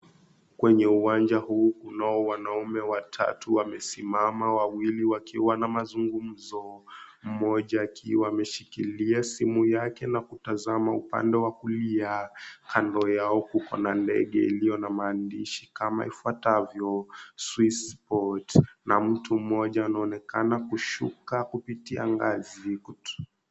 Kwenye uwanja huu kunao wanaume watatu wamesimama, wawili wakiwa na mazungumzo, mmoja akiwa ameshikilia simu yake na kutazama upande wa kulia, kando yao kuko na ndege iliyo na maandishi kama ifuatavyo; swiss port na mtu mmoja anaonekana kushuka kupitia ngazi.